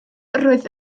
roedd